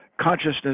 consciousness